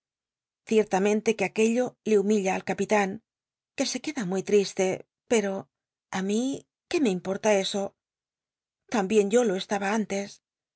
ciertamente que aquello le humilla al ca pitan que se crucda muy triste pero á mí qué me importa eso tal lbien yo lo estaba antes